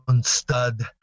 stud